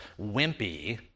Wimpy